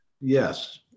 Yes